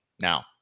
Now